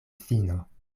fino